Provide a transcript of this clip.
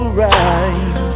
right